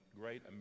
great